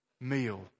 meal